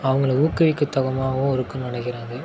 அவங்கள ஊக்குவிக்கத்தகுமாகவும் இருக்குது நினைக்கிறேன் அது